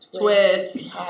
twist